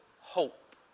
hope